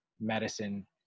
medicine